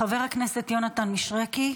חבר הכנסת יונתן מישרקי,